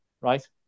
right